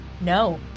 No